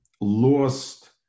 lost